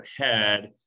ahead